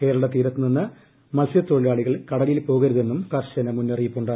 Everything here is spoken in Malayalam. കേരള തീരത്ത് നിന്ന് മത്സ്യതൊഴിലാളികൾ കടലിൽ പോകരുതെന്നും കർശന മുന്നറിയിപ്പുണ്ട്